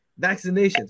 vaccinations